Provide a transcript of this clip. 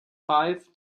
five